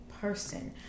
person